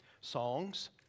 songs